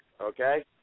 okay